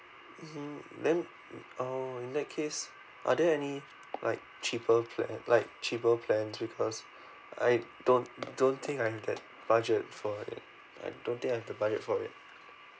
mmhmm then mm uh in that case are there any like cheaper plan like cheaper plan because I don't don't think I am that budget for it I don't think I have the budget for it